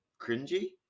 cringy